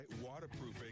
Waterproofing